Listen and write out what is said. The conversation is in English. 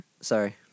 Sorry